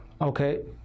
Okay